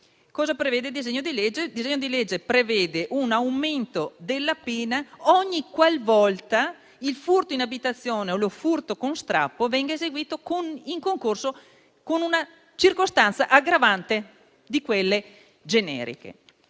come vediamo dalle nostre cronache giudiziarie - prevede un aumento della pena ogniqualvolta il furto in abitazione o il furto con strappo venga eseguito in concorso con una circostanza aggravante di quelle generiche.